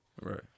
Right